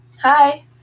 Hi